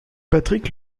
patrick